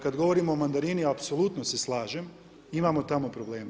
Kada govorimo o mandarini, apsolutno se slažem, imamo tamo problema.